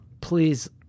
Please